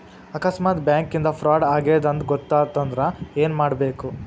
ಆಕಸ್ಮಾತ್ ಬ್ಯಾಂಕಿಂದಾ ಫ್ರಾಡ್ ಆಗೇದ್ ಅಂತ್ ಗೊತಾತಂದ್ರ ಏನ್ಮಾಡ್ಬೇಕು?